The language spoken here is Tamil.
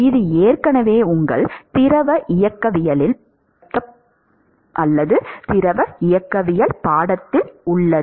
இது ஏற்கனவே உங்கள் திரவ இயக்கவியல் பாடத்தில் உள்ளது